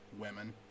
women